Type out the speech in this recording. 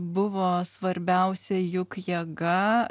buvo svarbiausia juk jėga